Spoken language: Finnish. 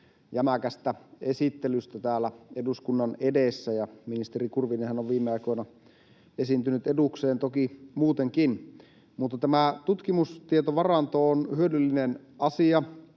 jämäkästä esittelystä täällä eduskunnan edessä, ja ministeri Kurvinenhan on viime aikoina esiintynyt edukseen toki muutenkin. Mutta tämä tutkimustietovaranto on hyödyllinen asia,